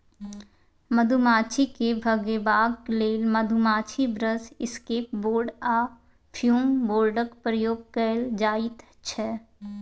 मधुमाछी केँ भगेबाक लेल मधुमाछी ब्रश, इसकैप बोर्ड आ फ्युम बोर्डक प्रयोग कएल जाइत छै